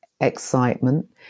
excitement